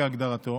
כהגדרתו,